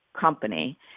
company